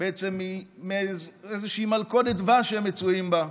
בעצם מאיזושהי מלכודת דבש שהם מצויים בה,